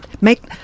make